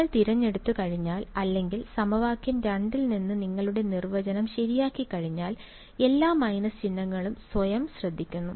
നിങ്ങൾ തിരഞ്ഞെടുത്തു കഴിഞ്ഞാൽ അല്ലെങ്കിൽ സമവാക്യം 2 ൽ നിന്ന് നിങ്ങളുടെ നിർവചനം ശരിയാക്കിക്കഴിഞ്ഞാൽ എല്ലാ മൈനസ് ചിഹ്നങ്ങളും സ്വയം ശ്രദ്ധിക്കുന്നു